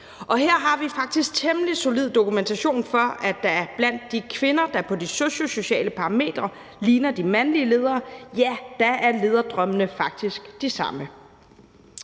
her har vi faktisk temmelig solid dokumentation for, at lederdrømmene blandt de kvinder, der på de socio-sociale parametre ligner de mandlige ledere, faktisk er de samme. Hvad gør de så